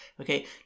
Okay